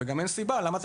וגם אין סיבה לזה,